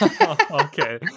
Okay